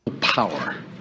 power